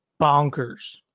bonkers